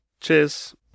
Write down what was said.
cheers